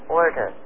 order